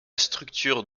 structure